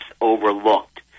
overlooked